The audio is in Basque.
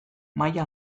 maila